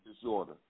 disorder